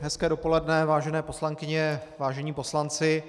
Hezké dopoledne, vážené poslankyně, vážení poslanci.